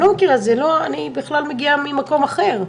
אני בכלל מגיעה ממקום אחר,